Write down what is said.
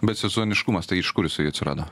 bet sezoniškumas tai iš kur jisai atsirado